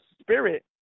spirit